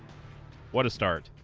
what a start